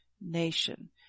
nation